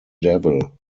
devil